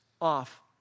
off